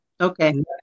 Okay